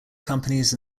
companies